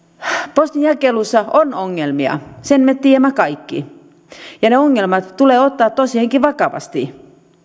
postinjakelussa on ongelmia sen me tiedämme kaikki ja ne ongelmat tulee ottaa tosiaankin vakavasti